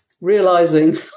realizing